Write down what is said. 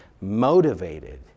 motivated